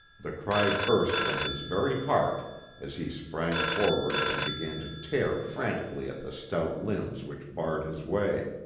the cry burst from his very heart as he sprang forward and began to tear frantically at the stout limbs which barred his way.